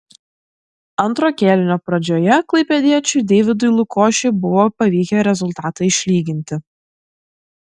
antro kėlinio pradžioje klaipėdiečiui deividui lukošiui buvo pavykę rezultatą išlyginti